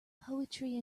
poetry